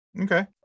okay